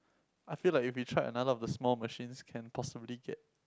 I feel like if we tried another of the small machines can possibly get